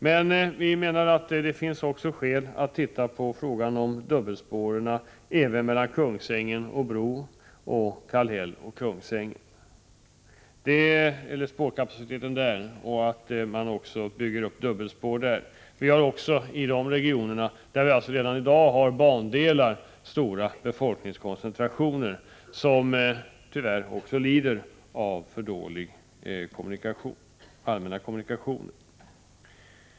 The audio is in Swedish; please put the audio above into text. Men vi menar att det också finns skäl att titta på spårkapaciteten mellan Kungsängen och Bro och mellan Kallhäll och Kungsängen för att bygga ut dubbelspår där. Också i de regionerna, där vi alltså redan i dag har bandelar, finns stora befolkningskoncentrationer som tyvärr lider av för dåliga allmänna kommunikationer.